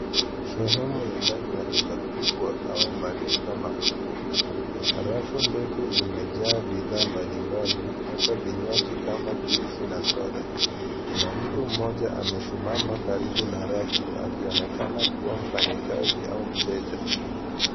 Sehemu ya ndani ya duka kubwa au maduka makubwa. Rafu ndefu zimejaa bidha mbalimbali hasa vinywaji kama jwisi na soda. Kuna mtu mmoja amesimama karibu na rau akionekana kuwa mfanyikazi au mteja.